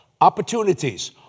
Opportunities